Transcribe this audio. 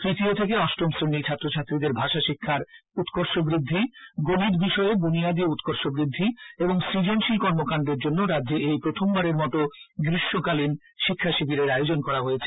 তৃতীয় থেকে অষ্টম শ্রেনীর ছাত্রছাত্রীদের ভাষা শিক্ষার উৎকর্ষ বৃদ্ধি গণিত বিষয়ে বুনিয়াদী উৎকর্ষ বৃদ্ধি ও সৃজনশীল কর্মকান্ডের জন্য রাজ্যে এই প্রথমবারের মতো গ্রীষ্মকালীন শিক্ষা শিবিরের আয়োজন করা হয়েছে